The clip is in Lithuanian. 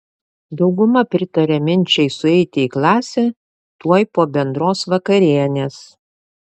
dauguma pritaria minčiai sueiti į klasę tuoj po bendros vakarienės